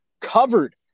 covered